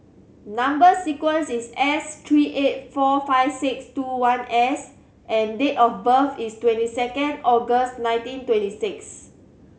number sequence is S three eight four five six two one S and date of birth is twenty second August nineteen twenty six